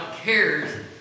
cares